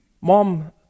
Mom